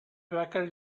baker